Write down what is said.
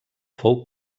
fou